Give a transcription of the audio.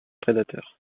prédateurs